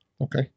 Okay